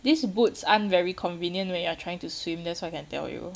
these boots aren't very convenient when you are trying to swim that's all I can tell you